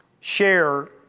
Share